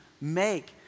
make